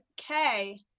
Okay